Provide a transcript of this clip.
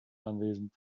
anwesend